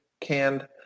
canned